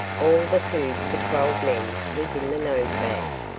all the food for twelve men was in the nosebag,